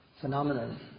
phenomenon